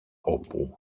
όπου